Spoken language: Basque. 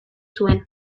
zuen